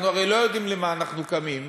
אנחנו הרי לא יודעים למה אנחנו קמים,